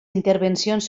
intervencions